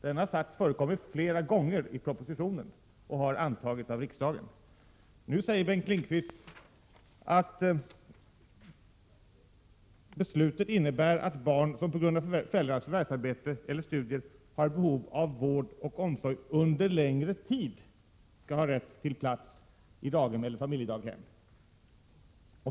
Denna sats förekommer flera gånger i propositionen och har antagits av riksdagen. Nu säger Bengt Lindqvist att beslutet innebär att ”barn som på grund av föräldrarnas förvärvsarbete eller studier har behov av vård och omsorg under längre tid skall ha rätt till plats i daghem eller familjedaghem”.